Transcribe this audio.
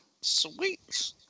Sweet